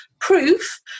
Proof